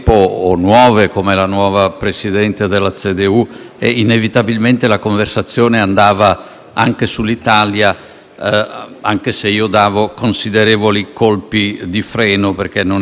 anche sull'Italia, anche se io davo considerevoli colpi di freno, perché non era quello l'obiettivo della mia missione a Berlino. Ho però proprio constatato il loro totale sconcerto,